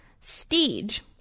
stage